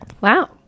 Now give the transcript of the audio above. Wow